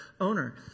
owner